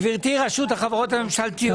גברתי מרשות החברות הממשלתיות.